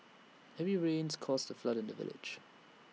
heavy rains caused A flood in the village